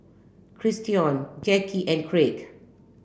Christion Jacky and Craig